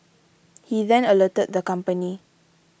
he then alerted the company